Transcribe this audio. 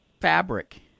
fabric